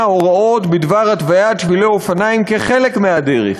הוראות בדבר התוויית שבילי אופניים כחלק מהדרך,